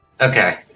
Okay